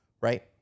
right